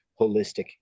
holistic